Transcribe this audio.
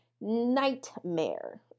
nightmare